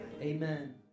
Amen